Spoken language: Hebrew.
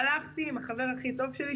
הלכתי עם החבר הכי טוב שלי,